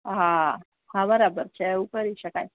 હા હા બરાબર છે એવું કરી શકાય